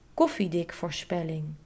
koffiedikvoorspelling